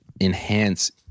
enhance